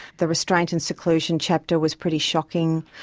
the restraint and seclusion chapter was pretty shocking.